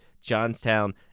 Johnstown